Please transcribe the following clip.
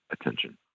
attention